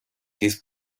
this